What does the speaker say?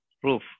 proof